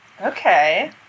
Okay